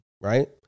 Right